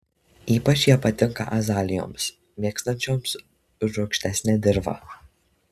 ypač jie patinka azalijoms mėgstančioms rūgštesnę dirvą